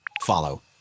Follow